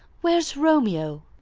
where's romeo?